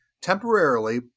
temporarily